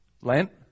Lent